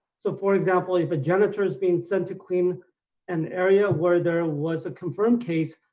so for example if a janitor is being sent to clean an area where there was a confirmed case,